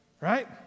right